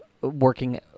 working